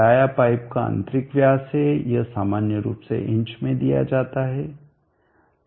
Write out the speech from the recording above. dia pipe का आंतरिक व्यास है यह सामान्य रूप से इंच में दिया जाता है